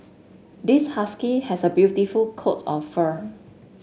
this husky has a beautiful coat of fur